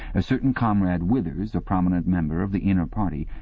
a certain comrade withers, a prominent member of the inner party,